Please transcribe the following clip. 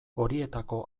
horietako